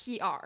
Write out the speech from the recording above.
PR